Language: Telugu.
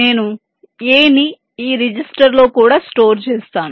నేను a ని ఈ రిజిస్టర్లో కూడా స్టోర్ చేస్తాను